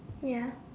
ya